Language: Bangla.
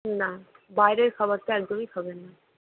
না বাইরের খাবারটা একদমই খাবেন না